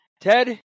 Ted